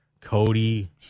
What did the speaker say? Cody